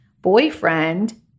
boyfriend